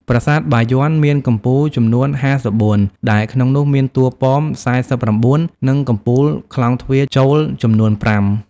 ប្រាសាទបាយ័នមានកំពូលចំនួន ៥៤ ដែលក្នុងនោះមានតួប៉ម ៤៩ និងកំពូលក្លោងទ្វារចូលចំនួន ៥។